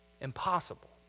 Impossible